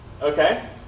Okay